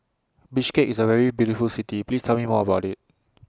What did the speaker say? Bishkek IS A very beautiful City Please Tell Me More about IT